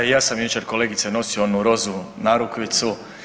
Da i ja sam jučer kolegice nosio onu rozu narukvicu.